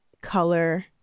color